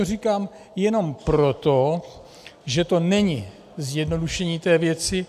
Říkám to jenom proto, že to není zjednodušení té věci.